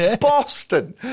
Boston